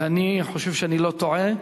ואני חושב שאני לא טועה.